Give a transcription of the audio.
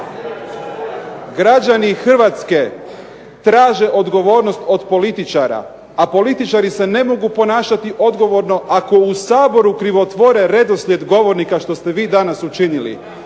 Građani Hrvatske traže odgovornost od političara, a političari se ne mogu ponašati odgovorno ako u Saboru krivotvore redoslijed govornika što ste vi danas učinili.